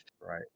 Right